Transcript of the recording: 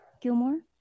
Gilmore